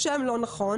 השם לא נכון,